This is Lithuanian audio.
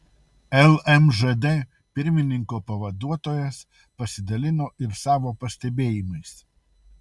lmžd pirmininko pavaduotojas pasidalino ir savo pastebėjimais